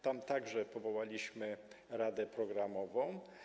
Tam także powołaliśmy radę programową.